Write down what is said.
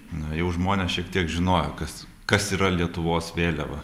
na jau žmonės šiek tiek žinojo kas kas yra lietuvos vėliava